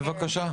אוקיי.